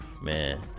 man